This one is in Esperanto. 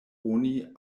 oni